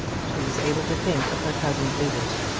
she was able to think of her cousin's visit.